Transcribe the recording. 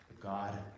God